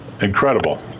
incredible